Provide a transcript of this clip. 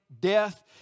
death